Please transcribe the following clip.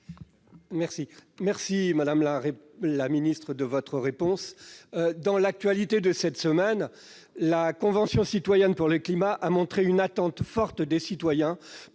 remercie, madame la ministre, de votre réponse. Dans l'actualité de cette semaine, la Convention citoyenne pour le climat a montré une attente forte des citoyens,